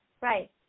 right